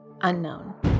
unknown